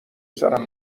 سرم